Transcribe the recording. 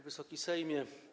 Wysoki Sejmie!